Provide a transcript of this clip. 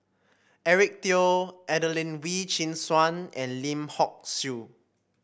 Eric Teo Adelene Wee Chin Suan and Lim Hock Siew